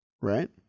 right